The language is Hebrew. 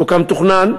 וכמתוכנן,